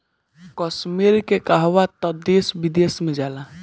कश्मीर के कहवा तअ देश विदेश में जाला